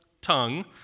tongue